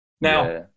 now